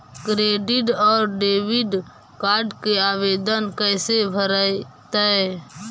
Credit और debit card के आवेदन कैसे भरैतैय?